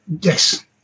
Yes